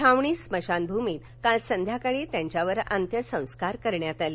छावणी स्मशानभूमीत काल संध्याकाळी त्यांच्यावर अंत्यसंस्कार करण्यात आले